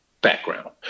background